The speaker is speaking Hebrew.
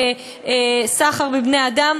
סחר בבני-אדם,